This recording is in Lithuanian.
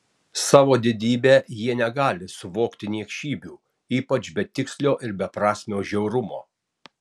savo didybe jie negali suvokti niekšybių ypač betikslio ir beprasmio žiaurumo